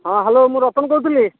ହଁ ହ୍ୟାଲୋ ମୁଁ ରତନ କହୁଥିଲି